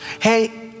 Hey